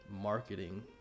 marketing